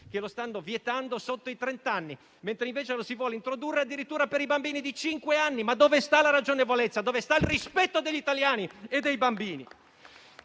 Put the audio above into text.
che lo stanno vietando ai soggetti al di sotto dei trent'anni, mentre lo si vuole introdurre addirittura per i bambini di cinque. Ma dove sta la ragionevolezza, dove sta il rispetto degli italiani e dei bambini?